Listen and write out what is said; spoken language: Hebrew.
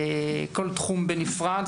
כל תחום בנפרד,